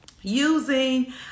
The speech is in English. using